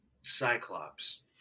Cyclops